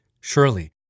Surely